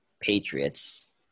Patriots